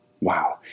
Wow